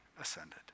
ascended